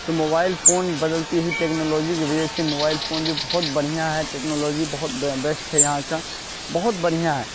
تو mobile phone بدلتی ہوئی ٹیکنالوجی کی وجہ سے موبائل فون بھی بہت بڑھیاں ہے ٹیکنالوجی بہت بیسٹ ہے یہاں کا بہت بڑھیاں ہے